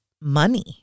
money